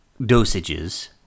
dosages